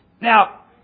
Now